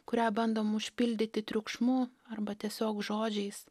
kurią bandoma užpildyti triukšmu arba tiesiog žodžiais